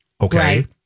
okay